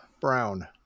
brown